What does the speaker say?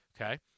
Okay